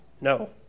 No